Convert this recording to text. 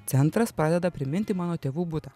centras pradeda priminti mano tėvų butą